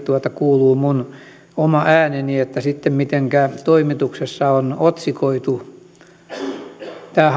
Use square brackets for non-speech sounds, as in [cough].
kuuluu minun oma ääneni sitten siihen mitenkä toimituksessa on otsikoitu tämä [unintelligible]